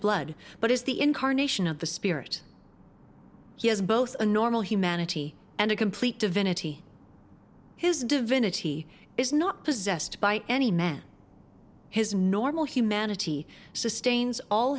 blood but is the incarnation of the spirit he has both a normal humanity and a complete divinity his divinity is not possessed by any man his normal humanity sustains all